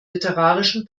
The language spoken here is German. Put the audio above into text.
literarischen